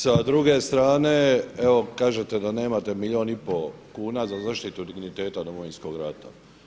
Sa druge strane evo kažete da nemate milijun i po kuna za zaštitu digniteta Domovinskog rata.